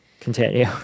Continue